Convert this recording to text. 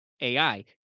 AI